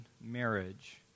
marriage